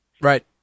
Right